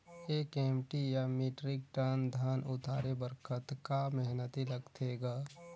एक एम.टी या metric tonne धन उतारे बर कतका मेहनती लगथे ग?